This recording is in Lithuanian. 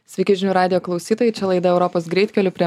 sveiki žinių radijo klausytojai čia laida europos greitkeliu prie